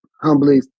humbly